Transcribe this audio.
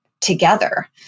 together